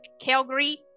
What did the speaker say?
Calgary